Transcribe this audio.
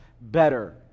better